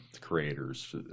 creators